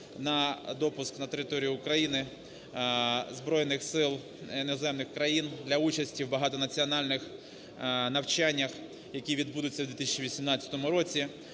на допуск на територію України збройних сил іноземних країн для участі у багатонаціональних навчаннях, які відбудуться у 2018 році.